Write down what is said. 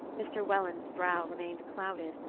mr. welland's brow remained clouded,